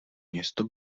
město